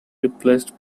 replaced